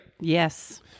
Yes